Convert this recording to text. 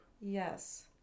Yes